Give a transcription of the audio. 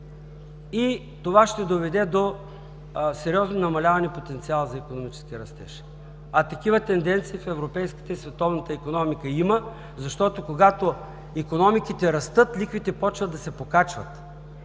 и това ще доведе до сериозно намаляване на потенциала за икономически растеж. А такива тенденции в европейската и световната икономика има, защото, когато икономиките растат, лихвите почват да се покачват.